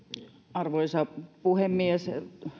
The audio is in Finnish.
arvoisa puhemies